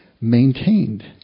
maintained